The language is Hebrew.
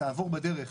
תעבור בדרך